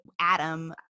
Adam